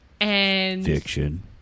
Fiction